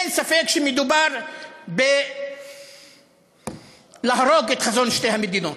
אין ספק שמדובר בלהרוג את חזון שתי המדינות.